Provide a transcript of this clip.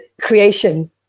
creation